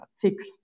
fix